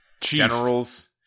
generals